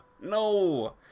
no